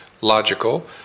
logical